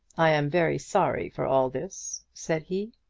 i am very sorry for all this, said he.